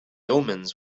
omens